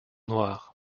noires